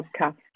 podcast